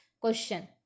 Question